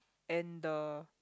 and the